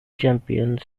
champions